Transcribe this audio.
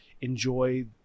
enjoy